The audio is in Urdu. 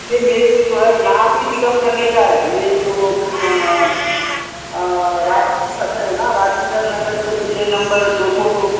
نہیں میرے کو جو ہے یہاں سے ہی پک اپ کرنے کا ہے یہ جو راج صدر ہے نا راجندر نگر پہ پلر نمبر دو سو دو